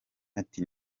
ati